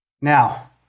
Now